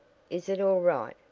is it all right?